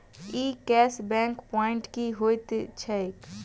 ई cashback point की होइत छैक?